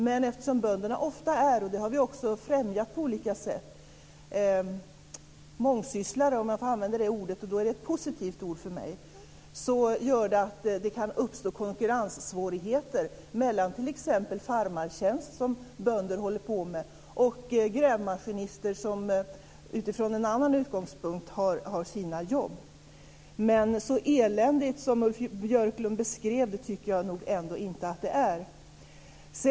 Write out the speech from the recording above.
Men eftersom bönderna ofta är mångsysslare - och det har vi också främjat på olika sätt, och det är ett positivt ord för mig - kan det uppstå konkurrenssvårigheter mellan t.ex. farmartjänster som bönder håller på med och grävmaskinister som har sina jobb utifrån en annan utgångspunkt. Men jag tycker inte att det är så eländigt som Ulf Björklund beskrev det.